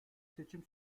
seçim